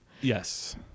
yes